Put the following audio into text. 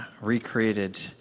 recreated